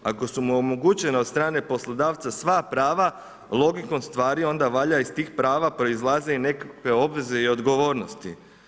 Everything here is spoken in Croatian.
Ako su mu omogućena od strane poslodavca sva prava, logikom stvari onda valjda iz tih prava proizlaze i nekakve obveze i odgovornosti.